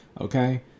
Okay